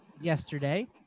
yesterday